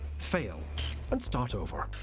fail and start over.